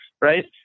right